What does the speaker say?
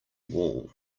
wall